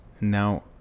Now